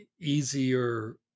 easier